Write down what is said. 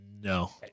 No